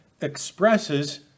expresses